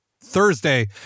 Thursday